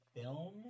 film